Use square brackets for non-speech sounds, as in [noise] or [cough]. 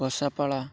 [unintelligible]